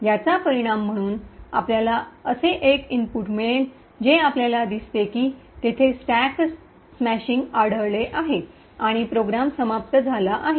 याचा परिणाम म्हणून आपल्याला असे एक आऊटपुट मिळेल जे आपल्याला दिसते की तिथे स्टॅक स्मॅशिंग आढळले आहे आणि प्रोग्राम समाप्त झाला आहे